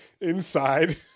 inside